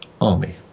army